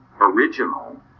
original